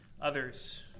others